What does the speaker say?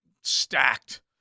stacked